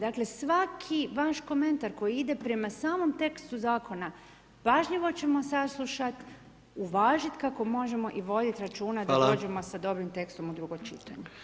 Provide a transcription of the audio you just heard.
Dakle svaki vaš komentar koji ide prema samom tekstu zakona, pažljivo ćemo saslušat, uvažiti kako možemo i voditi računa da dođemo sa dobrim tekstom u drugo čitanje.